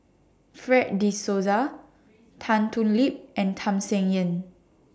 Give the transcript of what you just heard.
Fred De Souza Tan Thoon Lip and Tham Sien Yen